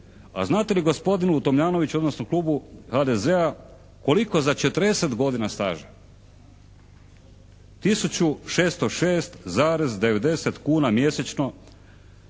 A znate li gospodine Tomljanoviću odnosno klubu HDZ-a koliko za 40 godina staža? Tisuću 606,90 kuna mjesečno